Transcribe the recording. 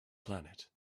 planet